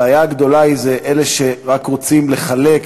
הבעיה הגדולה היא אלה שרק רוצים לחלק,